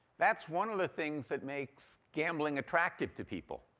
that's one of the things that makes gambling attractive to people.